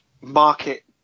market